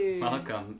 Welcome